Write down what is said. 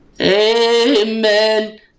Amen